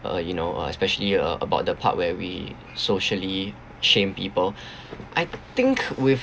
uh you know uh especially uh about the part where we socially shame people I think with